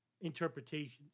interpretations